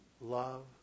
love